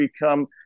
become